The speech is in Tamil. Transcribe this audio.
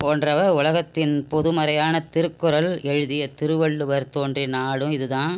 போன்றவை உலகத்தின் பொதுமறையான திருக்குறள் எழுதிய திருவள்ளுவர் தோன்றிய நாடும் இதுதான்